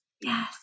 Yes